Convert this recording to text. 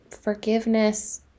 Forgiveness